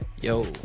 Yo